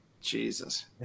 Jesus